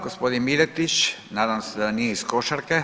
Gospodin Miletić nadam se da nije iz košarke